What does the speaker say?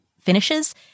finishes